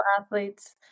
athletes